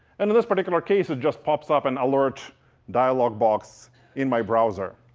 and in this particular case, it just pops up and alerts dialog box in my browser.